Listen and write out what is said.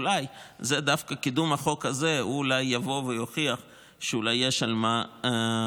אולי דווקא בקידום החוק הזה הוא יבוא ויוכיח שאולי יש על מה להתלבט,